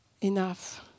enough